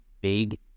big